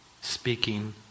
speaking